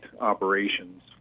operations